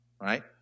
right